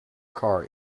car